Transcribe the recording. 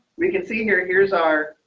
we can senior. here's our